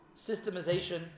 systemization